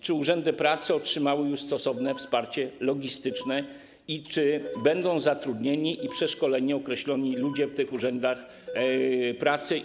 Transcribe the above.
Czy urzędy pracy otrzymały już stosowne wsparcie logistyczne i czy będą zatrudnieni i przeszkoleni określeni ludzie w urzędach pracy?